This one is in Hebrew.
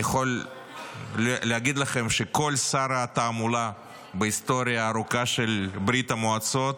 אני יכול להגיד לכם שכל שר תעמולה בהיסטוריה הארוכה של ברית המועצות